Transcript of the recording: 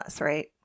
right